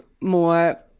more